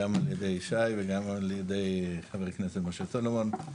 גם על ידי שי וגם על ידי חבר הכנסת משה סולומון.